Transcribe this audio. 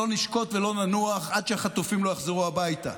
נשקוט ולא ננוח עד שהחטופים יחזרו הביתה?